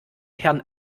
herrn